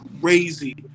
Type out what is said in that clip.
crazy